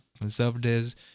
conservatives